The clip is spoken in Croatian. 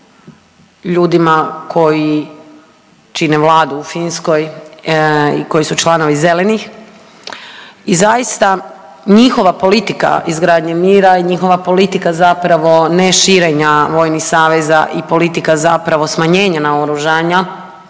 ljudima koji čine Vladu u Finskoj i koji su članovi Zelenih i zaista njihova politika izgradnje mira je njihova politika zapravo neširenja vojnih saveza. I politika zapravo smanjenja naoružanja